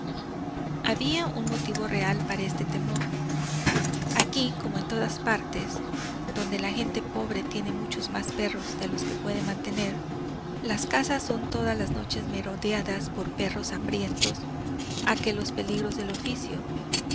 había un motivo real para este temor aquí como en todas partes donde la gente pobre tiene muchos más perros de los que puede mantener las casas son todas las noches merodeadas por perros hambrientos a que los peligros del